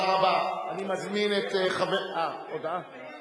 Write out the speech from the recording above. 28 בעד, אין מתנגדים,